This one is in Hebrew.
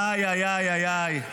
איי איי איי איי.